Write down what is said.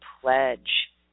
pledge